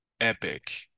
Epic